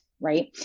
right